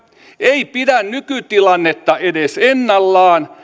ei pidä nykytilannetta edes ennallaan